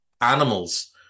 animals